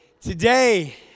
Today